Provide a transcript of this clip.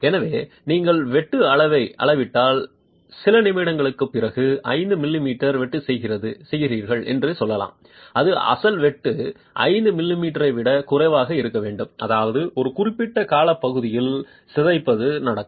எனவே நீங்கள் வெட்டு அளவை அளவிட்டால் சில நிமிடங்களுக்குப் பிறகு 5 மில்லிமீட்டர் வெட்டு செய்கிறீர்கள் என்று சொல்லலாம் இது அசல் வெட்டு 5 மில்லிமீட்டரை விட குறைவாக இருக்க வேண்டும் அதாவது ஒரு குறிப்பிட்ட காலப்பகுதியில் சிதைப்பது நடக்கும்